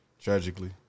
tragically